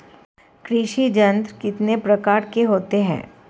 कृषि यंत्र कितने प्रकार के होते हैं?